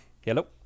Hello